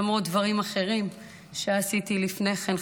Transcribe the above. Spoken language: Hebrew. למרות דברים אחרים שעשיתי לפני כן,